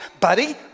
Buddy